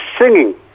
singing